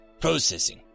Processing